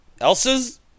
Elsa's